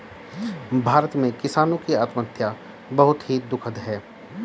भारत में किसानों की आत्महत्या बहुत ही दुखद है